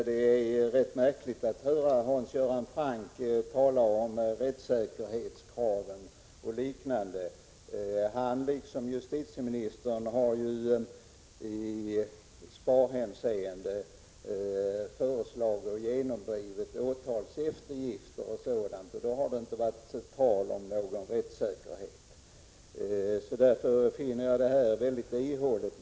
Herr talman! Det är märkligt att höra Hans Göran Franck tala om rättssäkerhetskravet och liknande. Han har, liksom justitieministern, av besparingsskäl föreslagit och genomdrivit åtalseftergifter och sådant, då det inte varit tal om rättssäkerhet. Därför finner jag hans tal nu mycket ihåligt.